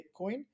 bitcoin